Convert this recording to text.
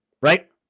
Right